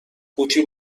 قوطی